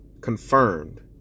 confirmed